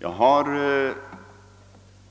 Jag har